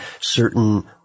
certain